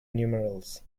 numerals